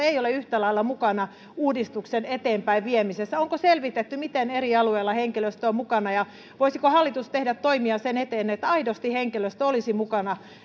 ei ole yhtä lailla mukana uudistuksen eteenpäinviemisessä onko selvitetty miten eri alueilla henkilöstö on mukana ja voisiko hallitus tehdä toimia sen eteen että aidosti henkilöstö olisi mukana